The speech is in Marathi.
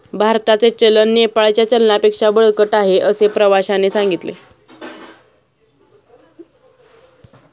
भारताचे चलन नेपाळच्या चलनापेक्षा बळकट आहे, असे प्रवाश्याने सांगितले